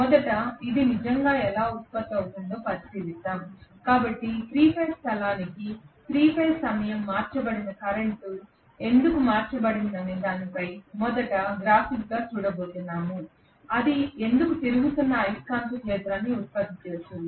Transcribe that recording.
మొదట ఇది నిజంగా ఎలా ఉత్పత్తి అవుతుందో పరిశీలిద్దాం కాబట్టి 3 ఫేజ్ స్థలానికి 3 ఫేజ్ సమయం మార్చబడిన కరెంట్ ఎందుకు మార్చబడిందనే దానిపై మొదట గ్రాఫిక్గా చూడబోతున్నాం అది ఎందుకు తిరుగుతున్న అయస్కాంత క్షేత్రాన్ని ఉత్పత్తి చేస్తుంది